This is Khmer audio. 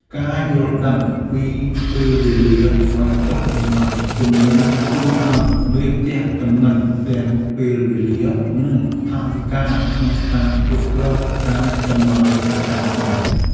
ការយល់ដឹងពីពេលវេលាបញ្ចុះតម្លៃទំនិញជួយឱ្យមេផ្ទះចំណេញទាំងពេលវេលា និងថវិកាក្នុងការគ្រប់គ្រងការចំណាយប្រចាំថ្ងៃ។